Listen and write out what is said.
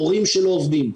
הורים שלא עובדים,